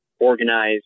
organize